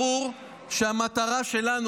ברור שהמטרה שלנו,